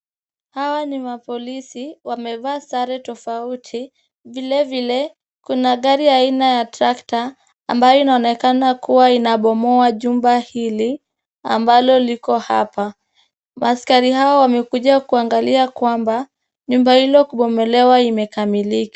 Hawa ni mapolisi. Wamevaa sare tofauti. Vile vile, kuna gari aina ya tractor , ambayo inaonekana kuwa inabomoa jumba hili ambalo liko hapa. Maaskari hawa wamekuja kuangalia kwamba nyumba hilo kubomolewa imekamilika.